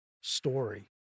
story